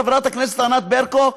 חברת הכנסת ענת ברקו,